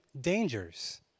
dangers